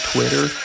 Twitter